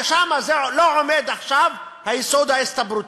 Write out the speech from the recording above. שם לא עומד עכשיו היסוד ההסתברותי.